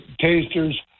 tasters